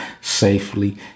safely